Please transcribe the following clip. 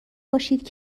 باشید